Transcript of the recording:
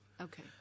Okay